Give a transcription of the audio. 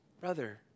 Brother